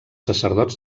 sacerdots